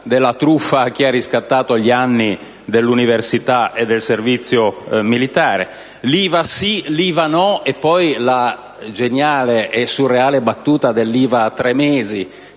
della truffa a chi ha riscattato gli anni dell'università e del servizio militare; «l'IVA sì», «l'IVA no», e poi la geniale e surreale battuta dell'IVA a tre mesi,